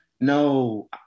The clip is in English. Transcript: no